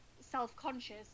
self-conscious